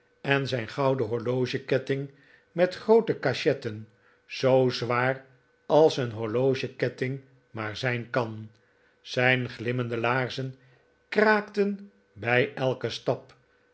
en zijn gouden horlogeketting met groote cacbetten zoo zwaar als een horlogeketting maar zijn kan zijn glimmende laarzen kraakten bij elken stap